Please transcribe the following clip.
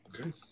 Okay